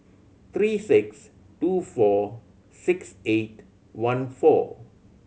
three six two four six eight one four